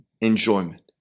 enjoyment